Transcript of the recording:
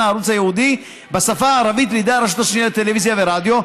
הערוץ הייעודי בשפה הערבית לידי הרשות השנייה לטלוויזיה ולרדיו.